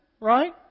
right